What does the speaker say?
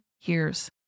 years